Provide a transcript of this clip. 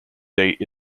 date